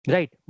Right